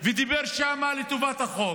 ודיבר בו לטובת החוק,